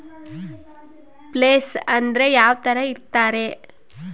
Place ಅಂದ್ರೆ ಯಾವ್ತರ ಇರ್ತಾರೆ?